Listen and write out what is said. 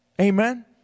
Amen